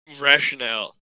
rationale